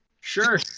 Sure